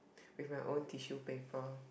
with my own tissue paper